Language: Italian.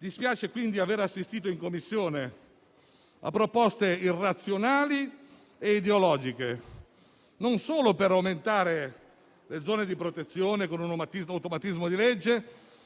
Dispiace quindi aver assistito in Commissione a proposte irrazionali e ideologiche, non solo per aumentare le zone di protezione con un automatismo di legge,